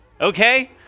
Okay